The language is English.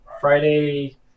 Friday